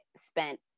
spent